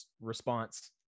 response